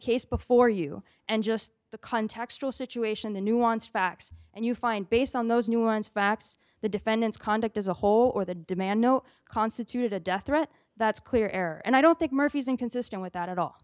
case before you and just the contextual situation the nuanced facts and you find based on those nuanced facts the defendant's conduct as a whole or the demand no constituted a death threat that's clear air and i don't think murphy is inconsistent with that at all